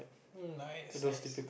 hm nice nice